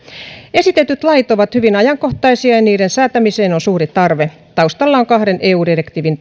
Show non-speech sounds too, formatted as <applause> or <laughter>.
esitetyt lait ovat hyvin ajankohtaisia ja niiden säätämiseen on suuri tarve taustalla on kahden eu direktiivin <unintelligible>